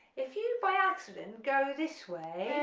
if you by accident go this way